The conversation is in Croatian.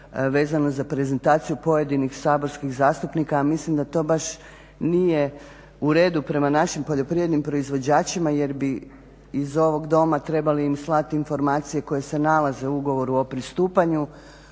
vezano za prezentaciju pojedinih saborskih. Mislim da to baš nije u redu prema našim poljoprivrednim proizvođačima jer bi iz ovog doma trebali im slat informacije koje se nalaze u ugovoru o pristupanju